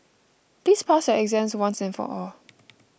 please pass your exams once and for all